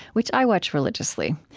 which i watch religiously.